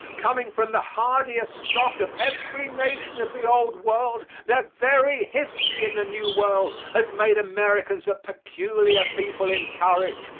coming from the hardiest stock of every nation of the old world their very history in the new world has made americans a peculiar people in courage,